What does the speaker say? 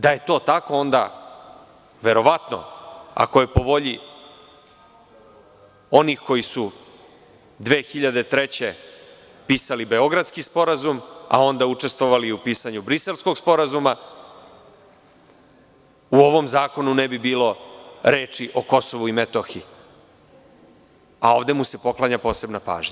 Da je to tako, onda verovatno, ako je po volji onih koji su 2003. godine pisali Beogradski sporazum, a onda učestvovali u pisanju Briselskog sporazuma, u ovom zakonu ne bi bilo reči o Kosovu i Metohiji, a ovde mu se poklanja posebna pažnja.